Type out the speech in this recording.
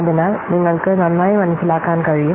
അതിനാൽ നിങ്ങൾക്ക് നന്നായി മനസ്സിലാക്കാൻ കഴിയും